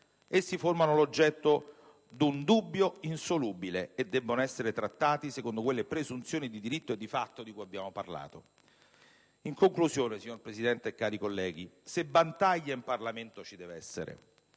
essi formano l'oggetto di un dubbio insolubile e debbono essere trattati secondo quelle presunzioni di diritto e di fatto di cui abbiamo parlato. In conclusione, signor Presidente, cari colleghi, se battaglia in Parlamento ci deve essere,